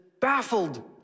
baffled